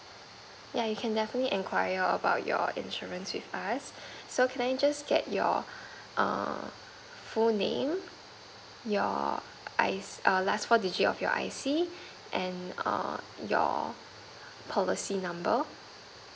yeah you can definitely enquire about your insurance with us so can I just get your err full name your I err last four digit of your I_C and err your policy number